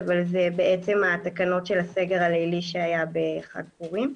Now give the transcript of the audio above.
אבל אלו בעצם התקנות של הסגר הלילי שהיה בחג פורים,